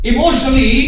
Emotionally